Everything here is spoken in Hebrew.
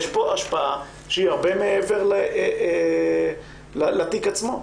יש פה השפעה שהיא הרבה מעבר לתיק עצמו.